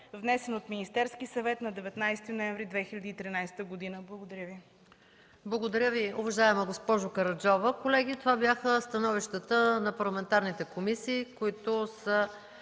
внесен от Министерския съвет на 19 ноември 2013 г.” Благодаря Ви.